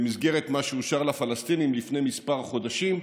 במסגרת מה שאושר לפלסטינים לפני כמה חודשים,